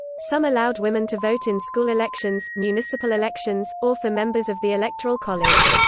some allowed women to vote in school elections, municipal elections, or for members of the electoral college.